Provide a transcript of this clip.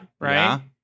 right